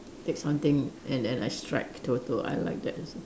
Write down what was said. take something and then I strike Toto I like that also